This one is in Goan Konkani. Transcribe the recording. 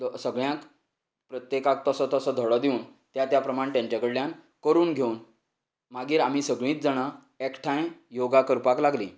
तो सगल्यांक प्रत्येकाक तसो तसो धोडो दिवन त्या त्या प्रमाणें तांचे कडल्यान करून घेवन मागीर आमी सगळींच जाणां एकठांय योगा करपाक लागलीं